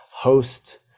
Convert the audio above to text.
host